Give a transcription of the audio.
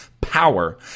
power